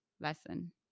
lesson